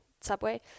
subway